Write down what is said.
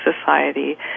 society